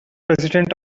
president